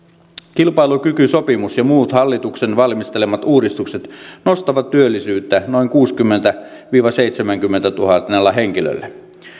kilpailukykysopimus ja muut hallituksen valmistelemat uudistukset nostavat työllisyyttä noin kuudellakymmenellätuhannella viiva seitsemälläkymmenellätuhannella henkilöllä